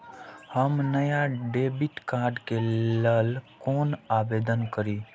हम नया debit card के लल कौना आवेदन करि?